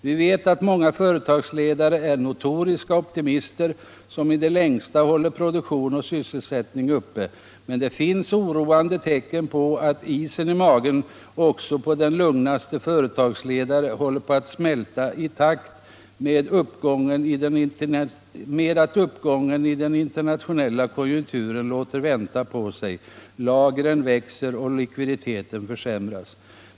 Vi vet att många företagsledare är notoriska optimister, som i det längsta håller produktion och sysselsättning uppe. Men det finns oroande tecken på att isen i magen också på den lugnaste företagsledare håller på att smälta i takt med att uppgången i den internationella konjunkturen låter vänta på sig, lagren växer och likviditeten försämras.